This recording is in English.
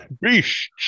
Beast